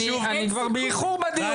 אני כבר באיחור בדיון,